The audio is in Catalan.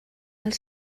els